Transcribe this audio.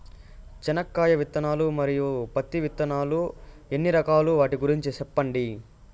చెనక్కాయ విత్తనాలు, మరియు పత్తి విత్తనాలు ఎన్ని రకాలు వాటి గురించి సెప్పండి?